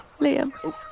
Liam